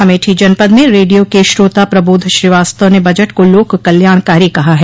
अमेठी जनपद में रेडियो के श्रोता प्रबोध श्रीवास्तव ने बजट को लोक कल्याणकारी कहा है